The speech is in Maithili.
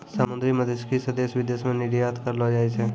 समुन्द्री मत्स्यिकी से देश विदेश मे निरयात करलो जाय छै